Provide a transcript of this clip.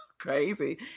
crazy